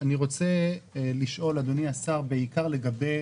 אני רוצה לשאול אדוני השר, בעיקר לגבי